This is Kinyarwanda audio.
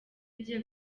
agiye